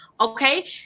Okay